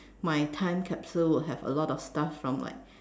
my time capsule would have a lot of stuff from like